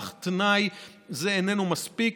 אך תנאי זה איננו מספיק,